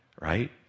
right